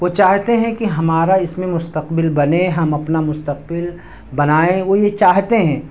وہ چاہتے ہیں کہ ہمارا اس میں مستقبل بنے ہم اپنا مستقبل بنائیں وہ یہ چاہتے ہیں